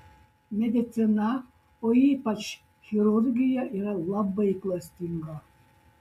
medicina o ypač chirurgija yra labai klastinga